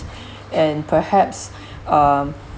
and perhaps um